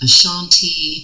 Ashanti